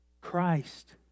Christ